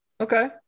Okay